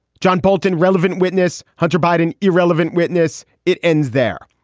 john bolton, relevant witness. hunter biden, irrelevant witness. it ends there.